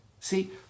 See